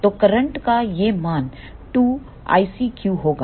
तो करंट का यह मान 2 ICQ होगा